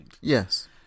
Yes